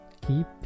keep